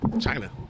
China